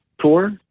tour